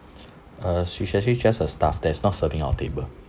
uh she's actually just a staff that is not serving our table